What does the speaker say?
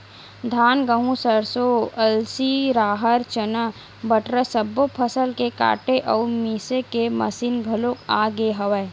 धान, गहूँ, सरसो, अलसी, राहर, चना, बटरा सब्बो फसल के काटे अउ मिजे के मसीन घलोक आ गे हवय